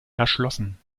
erschlossen